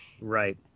Right